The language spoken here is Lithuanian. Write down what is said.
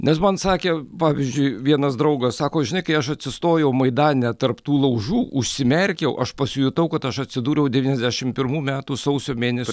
nes man sakė pavyzdžiui vienas draugas sako žinai kai aš atsistojau maidane tarp tų laužų užsimerkiau aš pasijutau kad aš atsidūriau devyniasdešimt pirmų metų sausio mėnesio